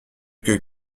que